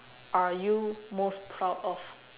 are you most proud of